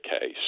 case